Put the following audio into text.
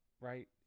right